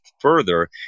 further